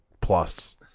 Plus